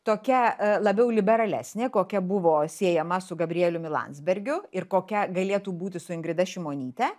tokia labiau liberalesnė kokia buvo siejama su gabrieliumi landsbergiu ir kokia galėtų būti su ingrida šimonyte